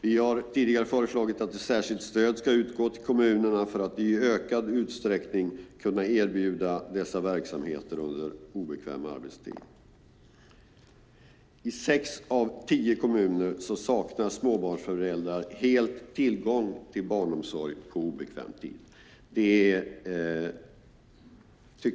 Vi har tidigare föreslagit att ett särskilt stöd ska utgå till kommunerna för att de i ökad utsträckning ska kunna erbjuda denna verksamhet under obekväm arbetstid. I sex av tio kommuner saknar småbarnsföräldrar helt tillgång till barnomsorg på obekväm arbetstid.